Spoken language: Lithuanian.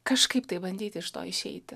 kažkaip tai bandyt iš to išeiti